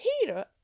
Peter